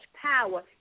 power